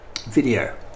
video